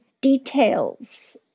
details